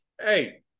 Hey